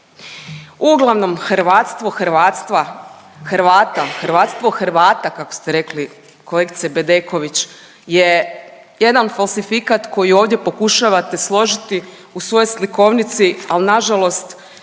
hrvatstvo hrvatstva Hrvata, hrvatstvo Hrvata kako ste rekli kolegice Bedeković je jedan falsifikat koji ovdje pokušavate složiti u svojoj slikovnici, al nažalost